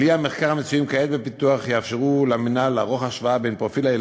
כלי המחקר המצויים כעת בפיתוח יאפשרו למינהל לערוך השוואה